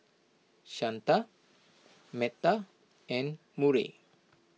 Shanta Metta and Murray